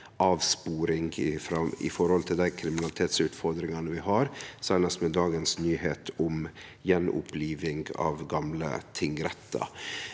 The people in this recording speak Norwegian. avsporing med omsyn til dei kriminalitetsutfordringane vi har, seinast med dagens nyheit om gjenoppliving av gamle tingrettar.